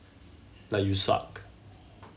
like you suck